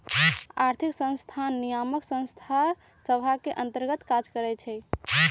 आर्थिक संस्थान नियामक संस्था सभ के अंतर्गत काज करइ छै